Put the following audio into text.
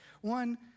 One